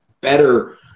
better